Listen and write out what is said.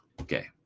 Okay